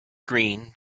green